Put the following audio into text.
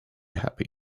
happy